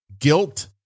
guilt